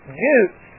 juice